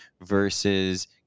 versus